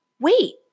Wait